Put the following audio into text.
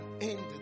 end